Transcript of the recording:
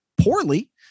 poorly